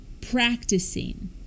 practicing